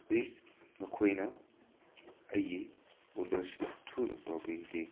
please ꯅꯈꯣꯏꯅ ꯑꯩꯒꯤ ꯑꯣꯗꯔꯁꯤ ꯊꯨꯅ ꯇꯧꯕꯤꯔꯗꯤ